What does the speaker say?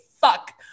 fuck